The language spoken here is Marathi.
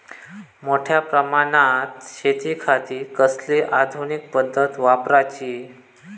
मोठ्या प्रमानात शेतिखाती कसली आधूनिक पद्धत वापराची?